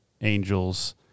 angels